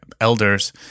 elders